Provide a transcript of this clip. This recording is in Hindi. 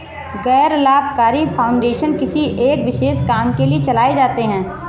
गैर लाभकारी फाउंडेशन किसी एक विशेष काम के लिए चलाए जाते हैं